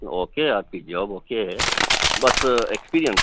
okay آپ کی job okay ہے بس ایکسپیرینس